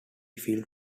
film